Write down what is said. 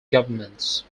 governments